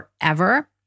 forever